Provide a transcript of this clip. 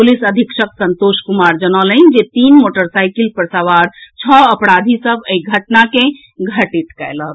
police अधीक्षक संतोष कुमार जनौलनि जे तीन मोटरसाईकिल पर सवार छओ अपराधी सभ एहि घटना के घटित कयलक